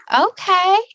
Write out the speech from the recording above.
Okay